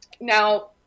Now